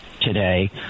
today